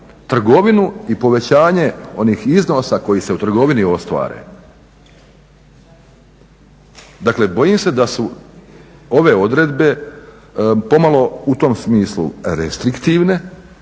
trgovinu i povećanje onih iznosa koji se u trgovini ostvare. Dakle bojim se da su ove odredbe pomalo u tom smislu restriktivne,